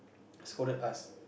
scolded us